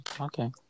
Okay